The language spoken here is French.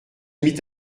mit